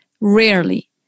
Rarely